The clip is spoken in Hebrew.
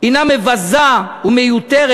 "הנה מבזה ומיותרת.